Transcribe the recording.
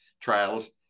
trials